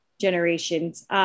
generations